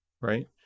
right